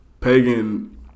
pagan